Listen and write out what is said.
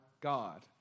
God